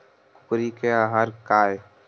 कुकरी के आहार काय?